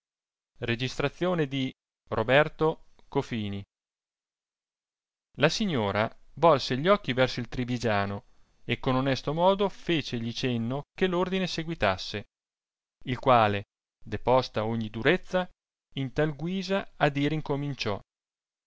il suo enimma la signora volse gli occhi verso il trivigiano e con onesto modo fecegli cenno che l'ordine seguitasse il quale deposta ogni durezza in tal guisa a dire incominciò